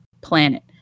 planet